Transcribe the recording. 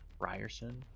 ryerson